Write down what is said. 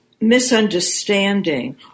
misunderstanding